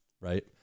right